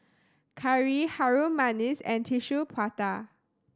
Curry Harum Manis and Tissue Prata